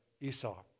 Esau